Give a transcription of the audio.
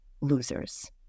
losers